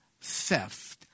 theft